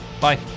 Bye